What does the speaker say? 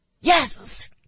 Yes